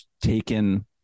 taken